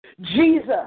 Jesus